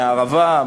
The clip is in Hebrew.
מהערבה,